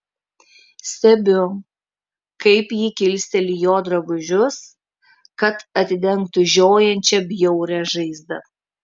stebiu kaip ji kilsteli jo drabužius kad atidengtų žiojančią bjaurią žaizdą